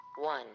one